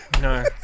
no